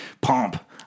pomp